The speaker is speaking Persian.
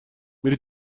میری